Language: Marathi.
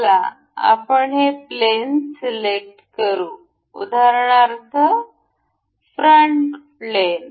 चला आपण हे प्लेन सिलेक्ट करू उदाहरणार्थ फ्रंट प्लेन